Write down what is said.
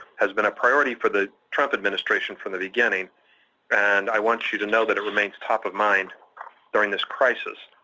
has been a priority for the trump administration from the beginning and i want you to know that it remains the top of mine during this crisis.